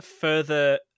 further